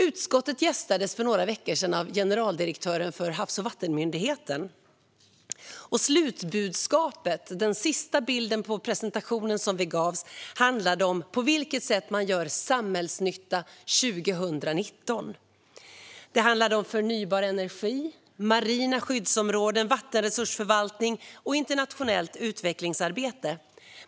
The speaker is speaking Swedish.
Utskottet gästades för några veckor sedan av generaldirektören för Havs och vattenmyndigheten. Slutbudskapet och presentationens sista bild handlade om på vilket sätt som man gör samhällsnytta 2019. Det handlar om förnybar energi, marina skyddsområden, vattenresursförvaltning och internationellt utvecklingsarbete.